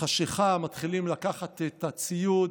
חשכה, מתחילים לקחת את הציוד,